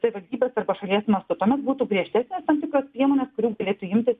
savivaldybės arba šalies metu tuomet būtų griežtesnės tam tikros priemonė kurių galėtų imtis